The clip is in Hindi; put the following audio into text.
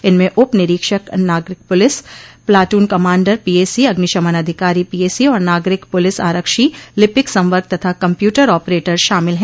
इनमें उप निरीक्षक नागरिक पुलिस पलाटून कमांडर पीएसी अग्निशमन अधिकारी पीएसी और नागरिक पुलिस आरक्षी लिपिक संवर्ग तथा कम्प्यूटर ऑपरेटर शामिल है